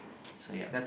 so ya